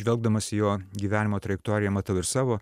žvelgdamas į jo gyvenimo trajektoriją matau ir savo